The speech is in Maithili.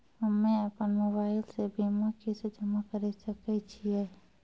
हम्मे अपन मोबाइल से बीमा किस्त जमा करें सकय छियै?